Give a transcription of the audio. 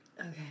okay